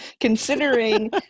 considering